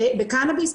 בקנביס,